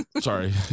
Sorry